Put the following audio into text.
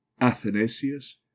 Athanasius